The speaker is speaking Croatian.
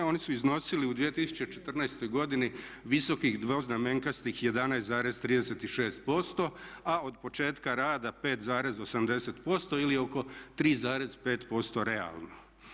Oni su iznosili u 2014. godini visokih dvoznamenkastih 11,36% a od početka rada 5,80% ili oko 3,5% realno.